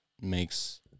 makes